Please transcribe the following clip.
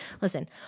Listen